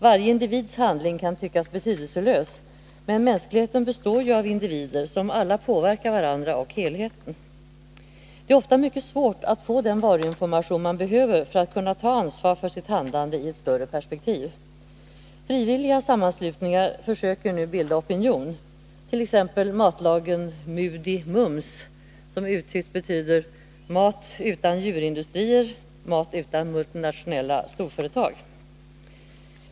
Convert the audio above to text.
Varje individs handling kan tyckas betydelselös, men mänskligheten består ju av individer, som alla påverkar varandra och helheten. Det är ofta mycket svårt att få den varuinformation man behöver för att kunna ta ansvar för sitt handlande i ett större perspektiv. Frivilliga sammanslutningar försöker nu bilda opinion, t.ex. Matlagen MUDI MUMS, som uttytt betyder Mat utan djurindustrier — Mat utan multinationella storföretag.